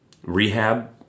Rehab